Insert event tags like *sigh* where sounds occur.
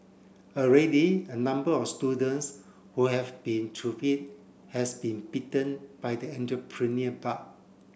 already a number of students who have been *unintelligible* it has been bitten by the entrepreneurial bug